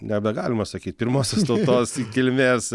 nebegalima sakyt pirmosios tautos kilmės